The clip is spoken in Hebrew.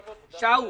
שאול,